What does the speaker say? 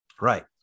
Right